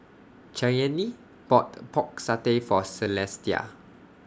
Cheyanne bought Pork Satay For Celestia